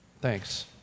Thanks